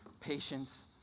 patience